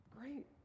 Great